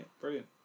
brilliant